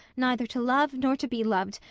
neither to love nor to be loved,